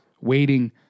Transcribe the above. waiting